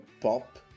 pop